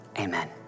amen